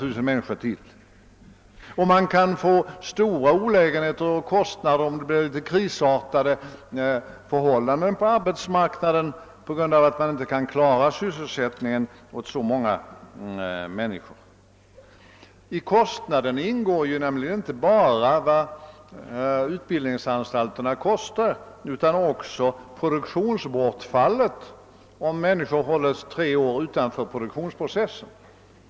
Det kan också bli stora kostnader för de olägenheter och kanske rent av krisartade förhållanden som kan uppstå på arbetsmarknaden på grund av att man inte kan klara sysselsättningen åt så många människor. I kostnaden ingår nämligen inte bara utgifterna för utbildningsanstalterna utan också det produktionsbortfall som uppstår på grund av att människor hålls borta under tre år från produktionsprocessen.